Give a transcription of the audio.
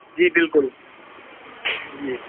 جی بالکل جی